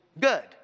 good